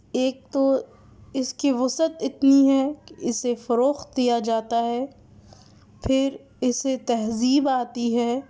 ایک تو اس کی وسعت اتنی ہے کہ اسے فروخت کیا جاتا ہے پھر اس سے تہذیب آتی ہے